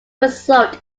result